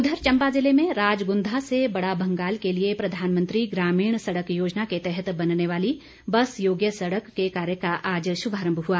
उधर चंबा जिले में राजगुंधा से बडाभंगाल के लिए प्रधानमंत्री ग्रमीण सड़क योजना के तहत बनने वाली बस योग्य सड़क के कार्य का आज शुभारंभ हुआ